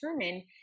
determine